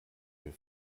für